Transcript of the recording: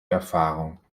erfahrung